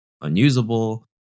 unusable